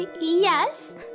Yes